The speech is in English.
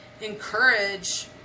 encourage